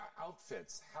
outfits